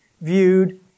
viewed